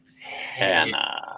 Hannah